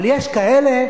אבל יש כאלה,